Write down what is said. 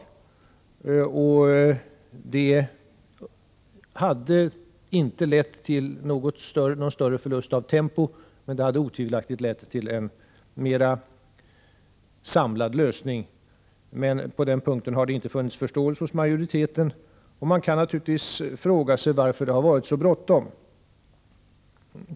Det hade inte lett till någon större förlust av tempo, men det hade otvivelaktigt lett till en mera samlad lösning. På den punkten har det dock inte funnits förståelse hos majoriteten, och man kan fråga sig varför det har varit så bråttom.